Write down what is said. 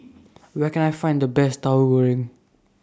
Where Can I Find The Best Tauhu Goreng